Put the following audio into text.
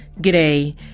G'day